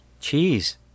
Cheese